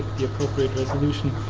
the appropriate resolution.